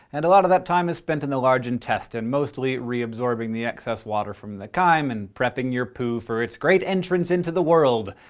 and a lot of that time is spent in the large intestine, mostly reabsorbing the excess water from the chyme and prepping your poo for its great entrance into the world.